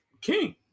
King